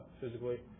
physically